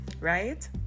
right